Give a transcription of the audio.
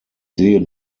sehe